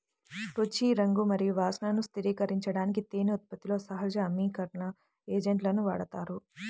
రుచి, రంగు మరియు వాసనను స్థిరీకరించడానికి తేనె ఉత్పత్తిలో సహజ ఆమ్లీకరణ ఏజెంట్లను వాడతారు